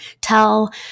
tell